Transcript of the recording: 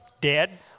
Dead